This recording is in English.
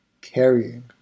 carrying